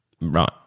Right